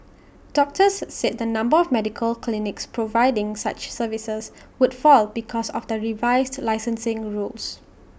doctors said the number of medical clinics providing such services would fall because of the revised licensing rules